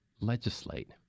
legislate